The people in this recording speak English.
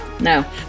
No